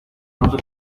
pronto